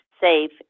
safe